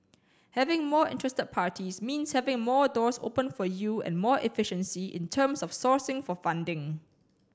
having more interested parties means having more doors open for you and more efficiency in terms of sourcing for funding